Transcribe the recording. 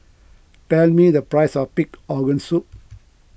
tell me the price of Pig Organ Soup